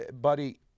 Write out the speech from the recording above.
Buddy